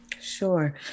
Sure